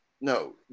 no